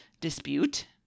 dispute